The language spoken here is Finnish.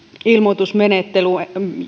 ilmoitusmenettely